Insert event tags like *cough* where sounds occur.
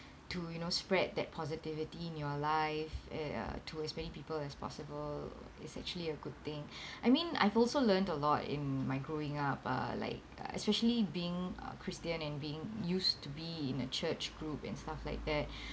to you know spread that positivity in your life uh to as many people as possible it's actually a good thing *breath* I mean I've also learnt a lot in my growing up uh like uh especially being a christian and being used to be in a church group and stuff like that *breath*